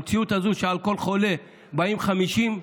המציאות הזאת שעל כל חולה באים 50,